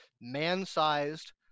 Man-sized